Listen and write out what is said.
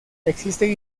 existen